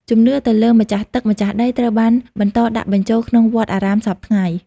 ជំនឿ ទៅលើម្ចាស់ទឹកម្ចាស់ដីត្រូវបានបន្តដាក់បញ្ចូលក្នុងវត្តអារាមសព្វថ្ងៃ។